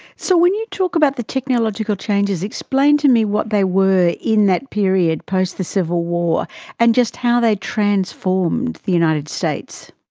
so when you talk about the technological changes, explain to me what they were in that period post the civil war and just how they transformed the united states.